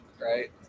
Right